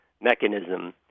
mechanism